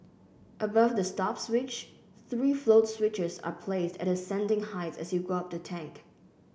above the stop switch three float switches are placed at ascending heights as you go up the tank